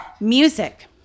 Music